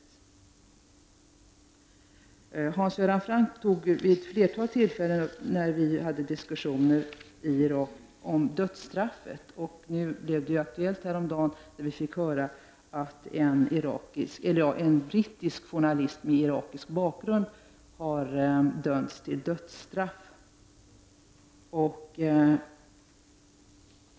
Vid diskussionerna i Irak tog Hans Göran Franck vid ett flertal tillfällen upp dödsstraffet, något som blev aktuellt häromdagen, när vi fick höra att en brittisk journalist med iranskt ursprung dömts till döden.